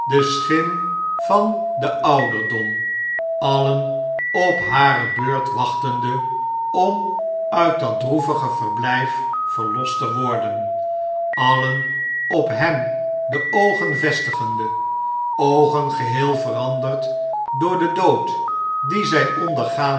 de schim van den ouderdom alien op hare beurt wachtende om uit dat droevige verbltjf verlost te worden alien op hem de oogen vestigende oogen geheel veranderd door den dood dien zg ondergaan